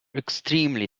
extremely